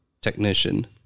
technician